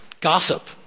Gossip